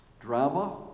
drama